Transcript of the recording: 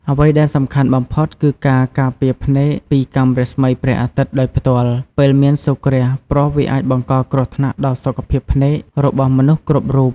អ្វីដែលសំខាន់បំផុតគឺការការពារភ្នែកពីកាំរស្មីព្រះអាទិត្យដោយផ្ទាល់ពេលមានសូរ្យគ្រាស ព្រោះវាអាចបង្កគ្រោះថ្នាក់ដល់សុខភាពភ្នែករបស់មនុស្សគ្រប់រូប ។